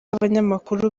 abanyamakuru